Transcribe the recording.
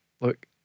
look